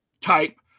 type